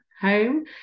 home